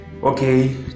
Okay